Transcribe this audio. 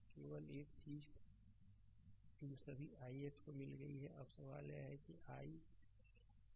अब केवल एक चीज जो सभी ix को मिल गई है अब सवाल यह है कि